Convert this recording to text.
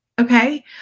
Okay